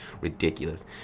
ridiculous